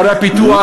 מערי הפיתוח,